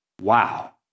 Wow